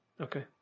Okay